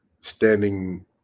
standing